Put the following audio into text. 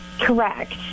Correct